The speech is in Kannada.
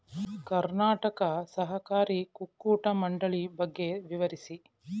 ಕರ್ನಾಟಕ ಸಹಕಾರಿ ಕುಕ್ಕಟ ಮಂಡಳಿ ಬಗ್ಗೆ ವಿವರಿಸಿ?